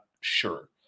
sure